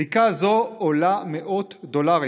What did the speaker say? בדיקה זו עולה מאות דולרים,